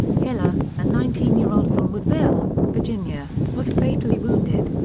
hilscher, a nineteen year old from woodville, virginia, was fatally wounded.